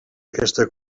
aquesta